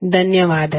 ಧನ್ಯವಾದಗಳು